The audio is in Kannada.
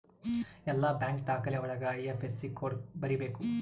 ಎಲ್ಲ ಬ್ಯಾಂಕ್ ದಾಖಲೆ ಒಳಗ ಐ.ಐಫ್.ಎಸ್.ಸಿ ಕೋಡ್ ಬರೀಬೇಕು